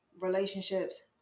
relationships